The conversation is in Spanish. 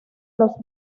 los